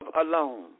alone